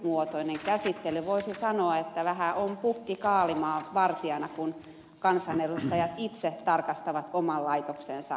nykymuotoinen käsittelystä voisi sanoa että vähän on pukki kaalimaan vartijana kun kansanedustajat itse tarkastavat oman laitoksensa tilejä